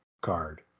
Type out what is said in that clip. card